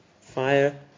fire